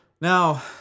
Now